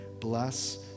bless